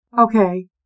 okay